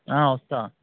వస్తాను